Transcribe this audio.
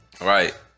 Right